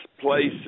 places